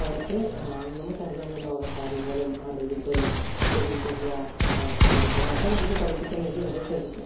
അവർക്ക് നമുക്കറിയാവുന്ന ലോക കാര്യങ്ങളും അറിവുകളും ചെറിയ ചെറിയ കാര്യങ്ങളു എല്ലാം നമുക്ക് പഠിപ്പിക്കാൻ വേണ്ടി അവരെ ശ്രമിക്കാം